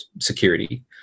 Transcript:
security